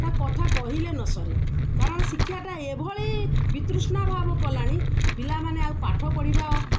ତା କଥା କହିଲେ ନ ସରେ କାରଣ ଶିକ୍ଷାଟା ଏଭଳି ବିତୃଷ୍ଣା ଭାବ କଲାଣି ପିଲାମାନେ ଆଉ ପାଠ ପଢ଼ିବା